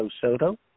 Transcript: Soto